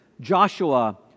Joshua